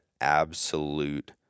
absolute